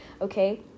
okay